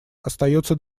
остается